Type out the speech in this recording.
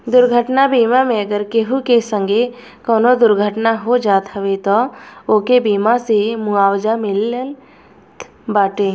दुर्घटना बीमा मे अगर केहू के संगे कवनो दुर्घटना हो जात हवे तअ ओके बीमा से मुआवजा मिलत बाटे